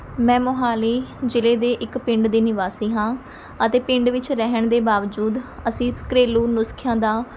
ਮੈਂ ਮੋਹਾਲੀ ਜ਼ਿਲ੍ਹੇ ਦੇ ਇੱਕ ਪਿੰਡ ਦੀ ਨਿਵਾਸੀ ਹਾਂ ਅਤੇ ਪਿੰਡ ਵਿੱਚ ਰਹਿਣ ਦੇ ਬਾਵਜੂਦ ਅਸੀਂ ਘਰੇਲੂ ਨੁਸਖਿਆਂ ਦਾ